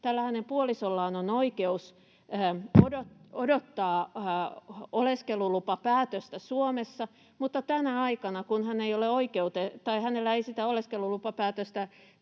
Tällä hänen puolisollaan on oikeus odottaa oleskelulupapäätöstä Suomessa, mutta tänä aikana, kun hänellä ei sitä oleskelulupapäätöstä